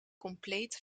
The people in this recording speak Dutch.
compleet